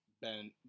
Ben